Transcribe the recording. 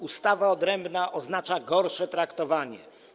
Ustawa odrębna oznacza gorsze traktowanie.